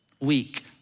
weak